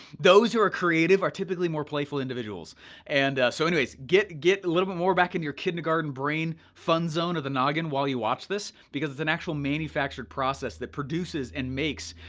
those who are creative are typically more playful individuals and so anyways. get a little bit more back in your kindergarten brain, fun zone of the noggin while you watch this, because it's an actual manufactured process that produces and makes